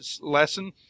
lesson